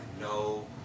no